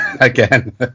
again